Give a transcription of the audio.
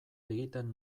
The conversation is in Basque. egiten